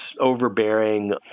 overbearing